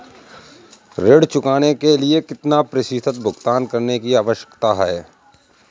ऋण चुकाने के लिए कितना प्रतिशत भुगतान करने की आवश्यकता है?